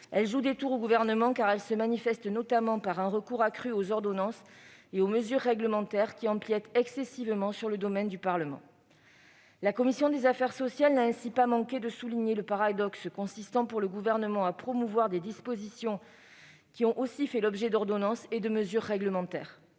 Elle joue des tours au Gouvernement, car elle se manifeste notamment par un recours accru aux ordonnances et aux mesures réglementaires qui empiètent excessivement sur le domaine du Parlement. Ainsi, la commission des affaires sociales n'a pas manqué de souligner le paradoxe consistant pour le Gouvernement à promouvoir des dispositions qui ont aussi fait l'objet d'ordonnances et de mesures réglementaires.